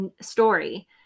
story